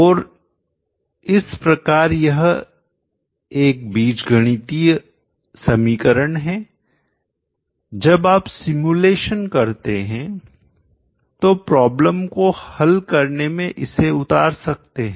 और इस प्रकार यह एक बीज गणितीय समीकरण है जब आप सिमुलेशन करते हैं तो प्रॉब्लम्स को हल करने में इसे उतार सकते हैं